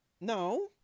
no